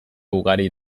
ugari